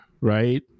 right